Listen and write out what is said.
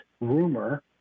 rumor